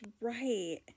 right